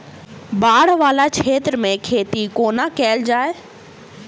बाढ़ वला क्षेत्र मे खेती कोना कैल जाय?